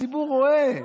הציבור רואה.